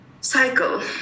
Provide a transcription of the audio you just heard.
cycle